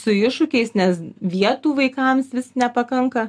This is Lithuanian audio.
su iššūkiais nes vietų vaikams vis nepakanka